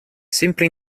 sempre